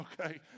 okay